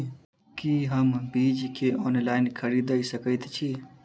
की हम बीज केँ ऑनलाइन खरीदै सकैत छी?